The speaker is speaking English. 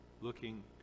looking